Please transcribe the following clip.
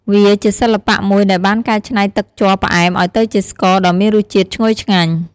វាជាសិល្បៈមួយដែលបានកែច្នៃទឹកជ័រផ្អែមឲ្យទៅជាស្ករដ៏មានរសជាតិឈ្ងុយឆ្ងាញ់។